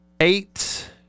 Eight